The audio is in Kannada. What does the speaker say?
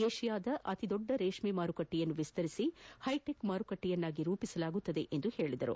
ಏಷ್ಯಾದ ಅತಿ ದೊಡ್ಡ ರೇಷ್ಮೆ ಮಾರುಕಟ್ಟೆಯನ್ನು ವಿಸ್ತರಿಸಿ ಹೈಟೆಕ್ ಮಾರುಕಟ್ಟೆಯನ್ನಾಗಿ ರೂಪಿಸಲಾಗುವುದು ಎಂದು ಹೇಳಿದರು